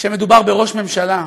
כשמדובר בראש ממשלה,